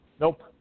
Nope